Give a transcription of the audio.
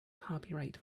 copyright